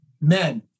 men